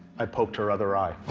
i poked her other eye.